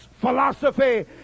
philosophy